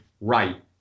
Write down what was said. right